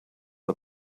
are